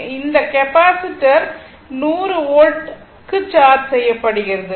இல்லை இந்த capacitor 100 volt க்கு சார்ஜ் செய்யப்படுகிறது